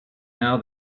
now